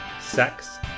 sex